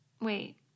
Wait